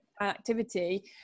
activity